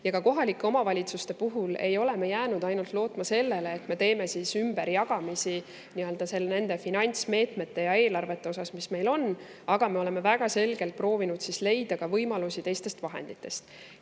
Ja ka kohalike omavalitsuste puhul ei ole me jäänud ainult lootma sellele, et me teeme ümberjagamisi seal nende finantsmeetmete ja eelarvete osas, mis meil on, vaid me oleme väga selgelt proovinud leida ka võimalusi teistest vahenditest.